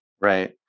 Right